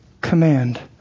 command